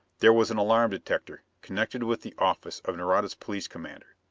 there was an alarm-detector, connected with the office of nareda's police commander.